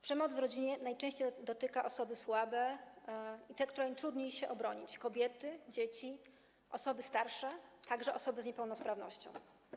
Przemoc w rodzinie najczęściej dotyka osoby słabe i te, którym trudniej się obronić: kobiety, dzieci, osoby starsze, także osoby z niepełnosprawnością.